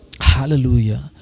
Hallelujah